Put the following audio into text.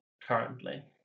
currently